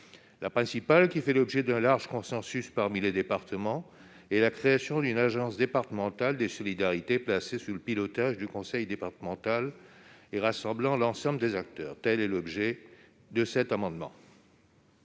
La principale, qui fait l'objet d'un large consensus parmi les départements, est la création d'une agence départementale des solidarités, placée sous le pilotage du conseil départemental et rassemblant l'ensemble des acteurs. La parole est à M.